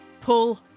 pull